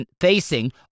facing